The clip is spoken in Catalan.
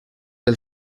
del